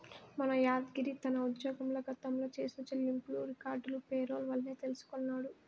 మన యాద్గిరి తన ఉజ్జోగంల గతంల చేసిన చెల్లింపులు రికార్డులు పేరోల్ వల్లే తెల్సికొన్నాడు